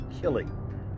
killing